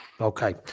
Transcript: Okay